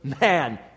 man